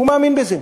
הוא מאמין בזה,